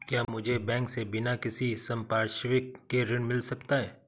क्या मुझे बैंक से बिना किसी संपार्श्विक के ऋण मिल सकता है?